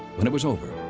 when it was over,